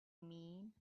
mean